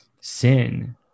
sin